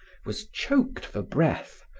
was choked for breath,